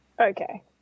Okay